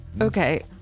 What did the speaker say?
okay